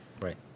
right